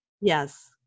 Yes